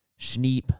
Schneep